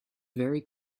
very